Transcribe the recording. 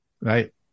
right